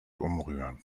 umrühren